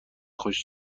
خوش